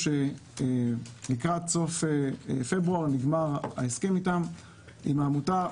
לקראת סוף פברואר נגמר ההסכם עם העמותה,